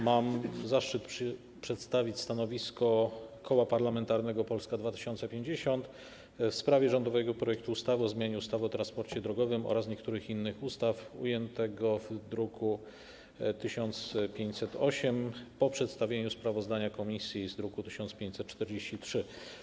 Mam zaszczyt przedstawić stanowisko Koła Parlamentarnego Polska 2050 w sprawie rządowego projektu ustawy o zmianie ustawy o transporcie drogowym oraz niektórych innych ustaw, ujętego w druku nr 1508, po przedstawieniu sprawozdania komisji z druku nr 1543.